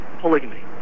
polygamy